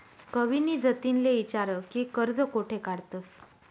कविनी जतिनले ईचारं की कर्ज कोठे काढतंस